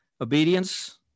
Obedience